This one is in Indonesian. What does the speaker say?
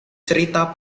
cerita